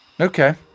Okay